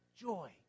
joy